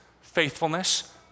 faithfulness